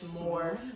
more